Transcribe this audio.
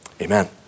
Amen